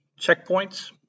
checkpoints